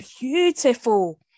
beautiful